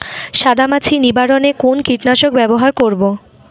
সাদা মাছি নিবারণ এ কোন কীটনাশক ব্যবহার করব?